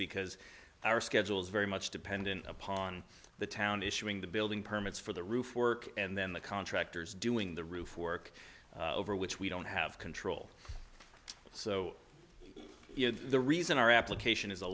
because our schedules very much dependent upon the town issuing the building permits for the roof work and then the contractors doing the roof work over which we don't have control so you know the reason our application is a